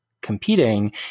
competing